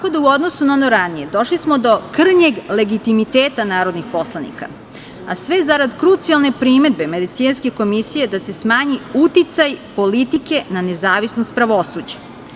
U odnosu na ono ranije, došli smo do krnjeg legitimiteta narodnih poslanika, a sve zarad krucijalne primedbe Venecijanske komisije da se smanji uticaj politike na nezavisnost pravosuđa.